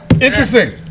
Interesting